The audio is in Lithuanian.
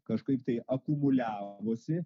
kažkaip tai akumuliavosi